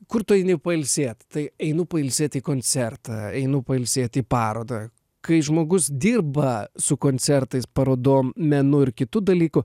kur tu eini pailsėt tai einu pailsėti į koncertą einu pailsėt į parodą kai žmogus dirba su koncertais parodom menu ir kitu dalyku